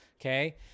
okay